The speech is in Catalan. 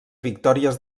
victòries